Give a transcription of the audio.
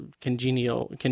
congenial